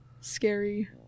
scary